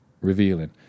revealing